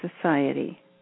society